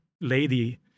lady